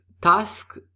task